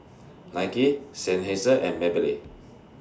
Nike Seinheiser and Maybelline